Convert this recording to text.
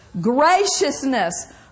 Graciousness